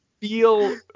feel